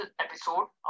episode